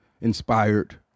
inspired